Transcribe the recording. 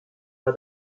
war